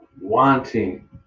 wanting